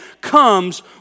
comes